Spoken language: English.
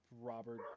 Robert